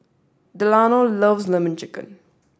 Delano loves Lemon Chicken